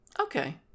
Okay